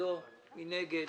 מי נגד,